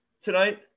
tonight